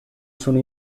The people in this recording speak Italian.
sono